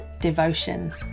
devotion